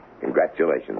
Congratulations